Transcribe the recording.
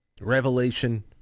revelation